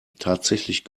tatsächlich